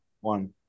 one